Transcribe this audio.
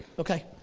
okay,